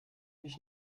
mich